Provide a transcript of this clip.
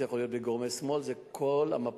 זה יכול להיות בגורמי שמאל,